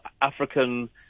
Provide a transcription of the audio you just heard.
African